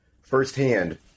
firsthand